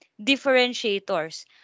differentiators